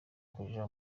kuja